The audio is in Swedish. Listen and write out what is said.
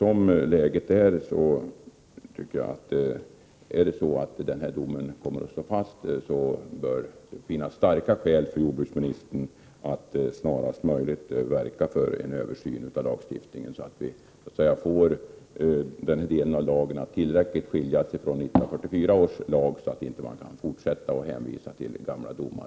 Om domen kommer att stå fast, då finns det starka skäl för jordbruksministern att snarast möjligt verka för en översyn av lagen, så att den delen av lagen tillräckligt tydligt skiljs från 1944 års lag och att man inte längre kan fortsätta att hänvisa till gamla domar.